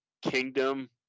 kingdom